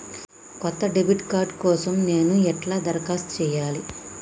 కొత్త debit card కోసం నేను ఎట్లా దరఖాస్తు చేయాలి?